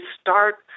start